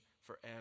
forever